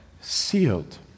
sealed